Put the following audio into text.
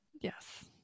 Yes